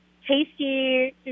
tasty